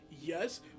yes